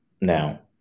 Now